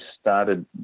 started